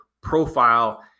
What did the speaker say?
profile